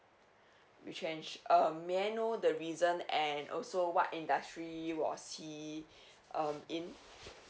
retrenched um may I know the reason and also what industry was he um in